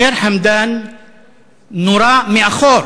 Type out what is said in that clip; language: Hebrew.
ח'יר חמדאן נורה מאחור